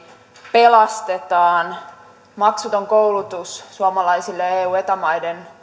pelastetaan maksuton koulutus suomalaisille eu ja eta maiden